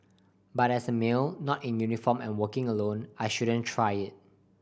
but as a male not in uniform and working alone I shouldn't try it